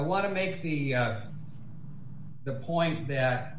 i want to make the the point that